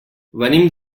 venim